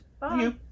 bye